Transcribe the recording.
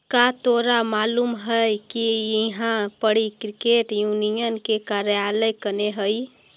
का तोरा मालूम है कि इहाँ पड़ी क्रेडिट यूनियन के कार्यालय कने हई?